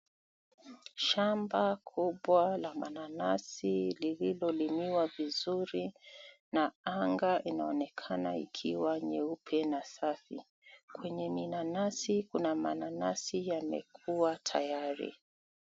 Shamba kubwa la mananasi lililolimiwa vizuri, na anga inaonekana ikiwa nyeupe na safi. Kwenye minanasi kuna mananasi yamekua tayari.